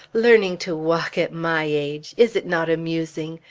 learning to walk at my age! is it not amusing?